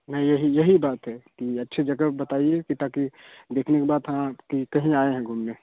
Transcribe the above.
नहीं यही यही बात है कि अच्छी जगह बताइए कि ताकि देखने के बाद हाँ कि कहीं आएँ हैं घूमने